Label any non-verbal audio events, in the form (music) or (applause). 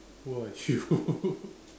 who are you (laughs)